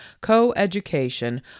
co-education